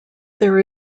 there